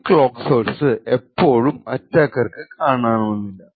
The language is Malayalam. ഈ ക്ലോക്ക് സോഴ്സ് എപ്പോഴും അറ്റാക്കർക്കു കാണണമെന്നില്ല